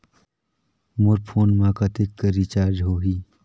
मोर phone मा कतेक कर रिचार्ज हो ही?